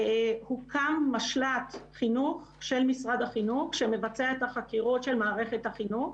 הוקם משל"ט חינוך של משרד החינוך שמבצע את החקירות של מערכת החינוך,